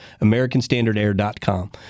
AmericanStandardAir.com